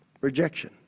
Rejection